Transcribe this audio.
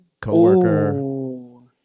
co-worker